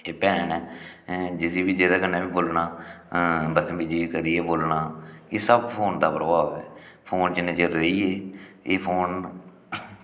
एह् भैन ऐ हैं जिसी बी जेह्दे कन्नै में बोलना बदतमीजी करियै बोलना एह् सब फोन दा प्रभाव ऐ फोन जिन्ने चिर रेही गे एह् फोन